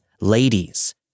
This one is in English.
ladies